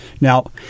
Now